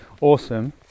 awesome